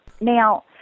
Now